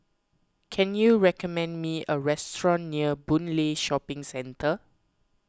can you recommend me a restaurant near Boon Lay Shopping Centre